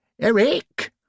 Eric